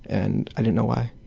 and i didn't know why.